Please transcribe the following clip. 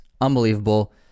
unbelievable